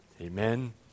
Amen